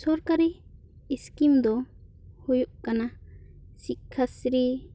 ᱥᱚᱨᱠᱟᱨᱤ ᱤᱥᱠᱤᱢ ᱫᱚ ᱦᱩᱭᱩᱜ ᱠᱟᱱᱟ ᱥᱤᱠᱠᱷᱟᱥᱨᱤ